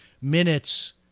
minutes